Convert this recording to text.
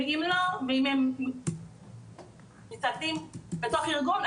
ואם לא ואם הם מתאגדים בתוך ארגון,